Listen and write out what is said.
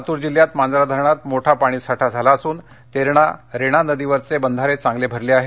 लातूर जिल्ह्यात मांजरा धरणात मोठा पाणी साठा झाला असून तेरणा रेणा नदीवरचे बंधारे चांगले भरले आहेत